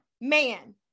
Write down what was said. man